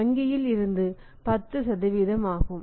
வங்கியில் இருந்து 10 ஆகும்